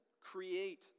create